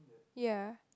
ya